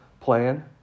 plan